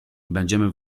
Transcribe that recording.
będziemy